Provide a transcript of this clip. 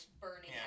burning